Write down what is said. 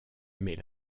mais